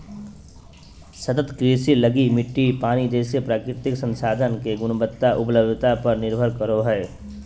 सतत कृषि लगी मिट्टी, पानी जैसे प्राकृतिक संसाधन के गुणवत्ता, उपलब्धता पर निर्भर करो हइ